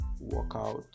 workout